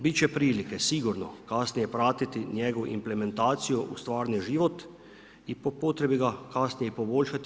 Bit će prilike sigurno kasnije pratiti njegovu implementaciju u stvarni život i po potrebi ga kasnije poboljšati.